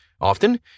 Often